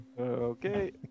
Okay